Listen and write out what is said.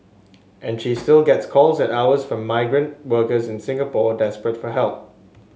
and she still gets calls at hours from migrant workers in Singapore desperate for help